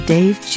Dave